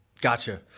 Gotcha